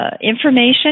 information